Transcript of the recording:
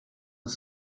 das